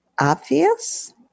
obvious